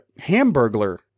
Hamburglar